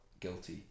guilty